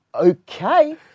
okay